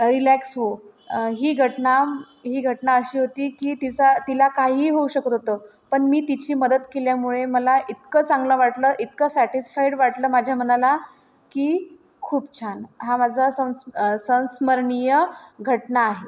relax हो ही घटना ही घटना अशी होती की तिचा तिला काहीही होऊ शकत होतं पण मी तिची मदत केल्यामुळे मला इतकं चांगलं वाटलं इतकं सॅटिस्फाईड वाटलं माझ्या मनाला की खूप छान हा माझा संस् संस्मरणीय घटना आहे